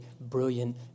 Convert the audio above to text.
brilliant